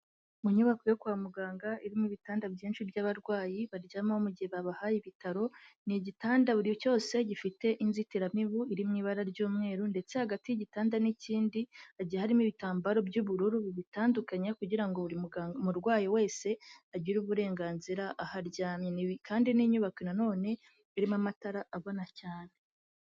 Mu nyubako yo kwa muganga, irimo ibitanda byinshi by'abarwayi baryama mu gihe babahaye ibitaro, ni igitanda buri cyose gifite inzitiramibu iri mu ibara ry'umweru, ndetse hagati y'igitanda n'ikindi hagiye harimo ibitambaro by'ubururu bibitandukanya kugira ngo buri murwayi wese agire uburenganzira aho aryamye, kandi ni inyubako nanone, irimo amatara abona cyane.